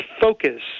focus